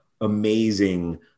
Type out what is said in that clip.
amazing –